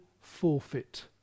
forfeit